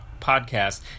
podcast